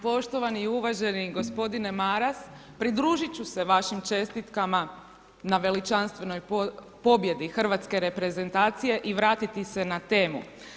Poštovani i uvaženi gospodine Maras, pridružiti ću se vašim čestitkama na veličanstvenoj pobjedi hrvatske reprezentacije i vratiti se na temu.